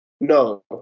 No